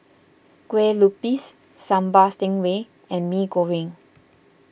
Kueh Lupis Sambal Stingray and Mee Goreng